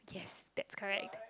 yes that's correct